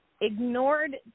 ignored